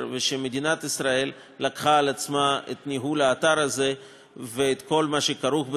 ושמדינת ישראל לקחה על עצמה את ניהול האתר הזה ואת כל מה שכרוך בזה,